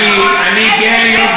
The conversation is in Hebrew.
את הצבעת